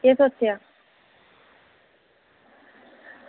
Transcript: ते केह् सोचेआ